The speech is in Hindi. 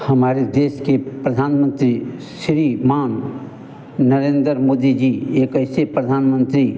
हमारे देश के प्रधानमन्त्री श्रीमान नरेंद्र मोदी जी एक ऐसे प्रधान मन्त्री